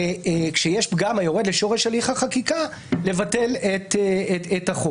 כשיש פגם היורד לשורש הליך החקיקה, לבטל את החוק.